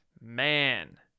Man